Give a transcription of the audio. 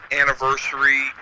anniversary